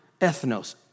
ethnos